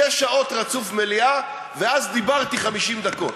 שש שעות רצוף מליאה ואז דיברתי 50 דקות.